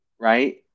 Right